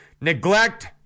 Neglect